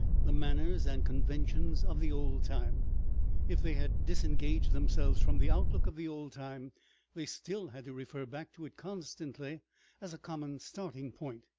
the manners and conventions of the old time if they had disengaged themselves from the outlook of the old time they still had to refer back to it constantly as a common starting-point.